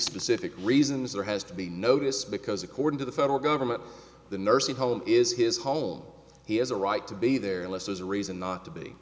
specific reasons there has to be notice because according to the federal government the nursing home is his home he has a right to be there unless there's a reason not